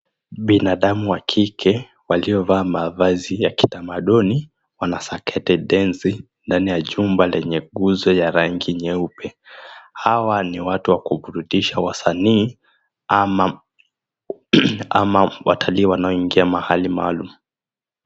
Binadamu wa kike waliovaa mavazi ya kitamaduni wanasakata densi ndani ya jumba lenye uze wa rangi nyeupe. Hawa ni watu wakuwaburudisha wasanii ama watalii wanaoingia mahali maalumu.